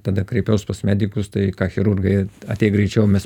tada kreipiaus pas medikus tai ką chirurgai ateik greičiau mes